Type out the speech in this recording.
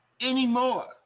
anymore